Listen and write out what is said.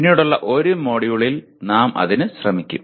പിന്നീടുള്ള ഒരു മൊഡ്യൂളിൽ നാം അതിനു ശ്രമിക്കും